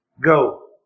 Go